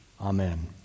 Amen